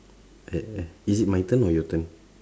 eh eh is it my turn or your turn